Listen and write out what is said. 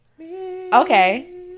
Okay